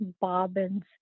bobbins